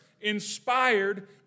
inspired